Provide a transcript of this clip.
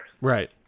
Right